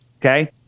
Okay